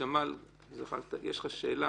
ג'מאל זחאלקה, יש לך שאלה?